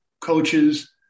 coaches